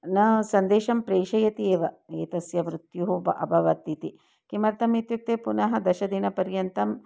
न सन्देशं प्रेषयन्ति एव एतस्य मृत्युः वा अभवत् इति किमर्थम् इत्युक्ते पुनः दशदिनपर्यन्तम्